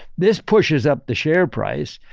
this pushes up the share price,